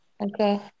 Okay